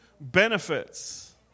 benefits